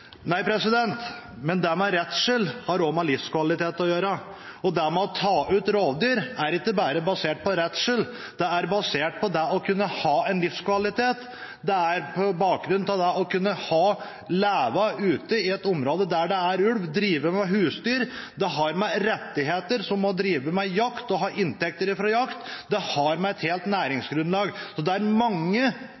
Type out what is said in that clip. Nei, men redsel har også med livskvalitet å gjøre. Det å ta ut rovdyr er ikke bare basert på redsel, det er basert på det å kunne ha livskvalitet med bakgrunn i det å kunne leve ute i et område der det er ulv, drive med husdyr. Det har med rettigheter å gjøre, som å drive med jakt og å ha inntekter fra jakt. Det har med et helt